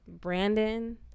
Brandon